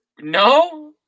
No